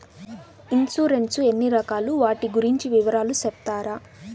Insurance ఎన్ని రకాలు వాటి గురించి వివరాలు సెప్తారా?